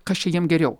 kas čia jiem geriau